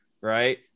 right